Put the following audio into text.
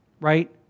right